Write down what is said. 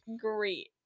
great